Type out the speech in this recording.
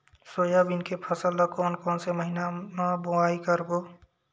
Soybean के फसल ल कोन कौन से महीना म बोआई करबो?